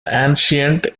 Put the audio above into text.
ancient